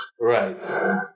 Right